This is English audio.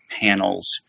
panels